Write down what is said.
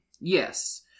Yes